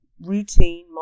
routine